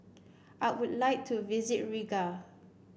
I would like to visit Riga